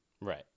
right